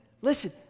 listen